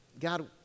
God